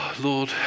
Lord